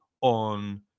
on